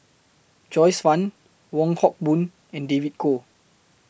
Joyce fan Wong Hock Boon and David Kwo